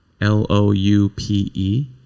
l-o-u-p-e